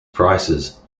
prices